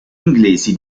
inglesi